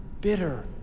bitter